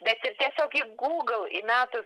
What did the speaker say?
bet ir tiesiog į google įmetus